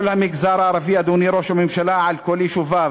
כל המגזר הערבי, אדוני ראש הממשלה, על כל יישוביו: